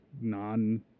non